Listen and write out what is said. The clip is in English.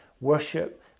worship